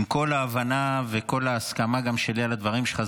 עם כל ההבנה וגם כל ההסכמה שלי לדברים שלך,